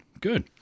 Good